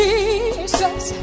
Jesus